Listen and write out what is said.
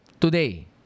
today